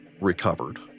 recovered